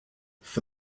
for